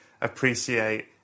appreciate